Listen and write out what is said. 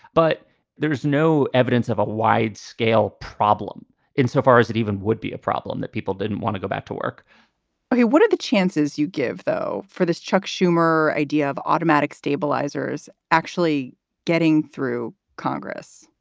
but there is no evidence of a wide scale problem insofar as it even would be a problem that people didn't want to go back to work but what are the chances you give, though, for this chuck schumer idea of automatic stabilizers actually getting through congress?